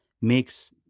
makes